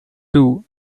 too